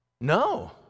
No